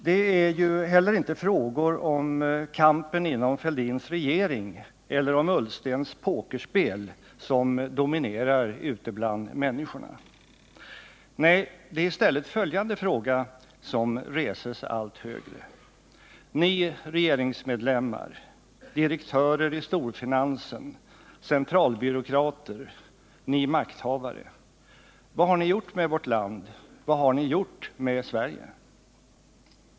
Det är heller inte frågor om kampen inom Fälldins regering eller om Ullstens pokerspel som dominerar ute bland människorna. Nej, det är i stället följande fråga som reses allt högre: Ni regeringsmedlemmar, direktörer i storfinansen, centralbyråkrater, ni makthavare — vad har ni gjort med vårt land, vad har ni gjort med Sverige?